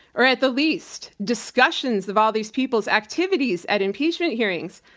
or at the least discussions of all these people's activities at impeachment hearings,